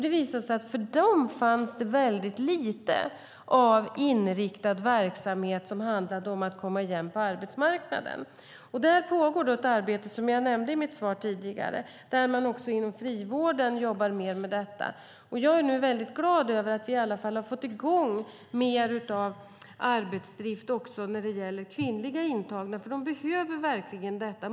Det visade sig nämligen att det för kvinnor fanns väldigt lite av inriktad verksamhet som handlade om att komma igen på arbetsmarknaden. Där pågår ett arbete, vilket jag nämnde i mitt svar tidigare, där man också inom frivården jobbar mer med detta. Jag är nu väldigt glad över att vi i alla fall har fått i gång mer av arbetsdrift också när det gäller kvinnliga intagna, för de behöver verkligen detta.